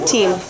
Team